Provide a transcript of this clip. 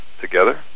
together